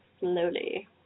slowly